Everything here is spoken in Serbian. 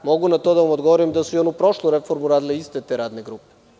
Mogu na to da vam odgovorim da su i onu prošlu reformu radile iste te radne grupe.